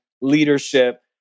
leadership